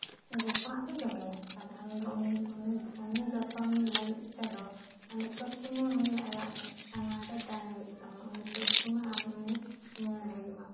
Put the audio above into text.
ᱜᱮᱠᱚ ᱦᱟᱸᱜ ᱠᱚ ᱡᱚᱢᱮᱭᱟ ᱛᱟᱞᱚᱦᱮ ᱟᱢ ᱫᱚ ᱩᱱᱤ ᱡᱚᱛᱚᱱ ᱞᱟᱹᱜᱤᱫ ᱛᱮᱫᱚ ᱢᱟᱱᱮ ᱥᱚᱵ ᱥᱚᱢᱚᱭ ᱩᱱᱤ ᱟᱭᱟᱜ ᱢᱮᱫ ᱥᱟᱢᱟᱝ ᱨᱮ ᱛᱟᱦᱮᱸ ᱦᱩᱭᱩᱜ ᱛᱟᱢᱟ ᱩᱱᱤ ᱥᱚᱢ ᱥᱚᱢᱚᱭ ᱟᱢ ᱩᱱᱤ ᱧᱮᱞ ᱦᱩᱭᱩᱜᱼᱟ